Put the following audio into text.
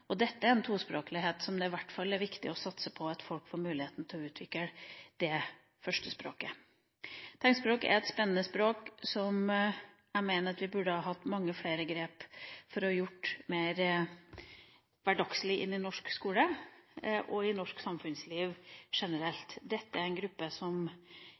og dette er en tospråklighet der det i hvert fall er viktig å satse på at folk får muligheten til å utvikle førstespråket. Tegnspråk er et spennende språk, som jeg mener at vi burde ha hatt mange flere grep for å gjøre mer hverdagslig – få det inn i norsk skole og i norsk samfunnsliv generelt. Dette er en gruppe som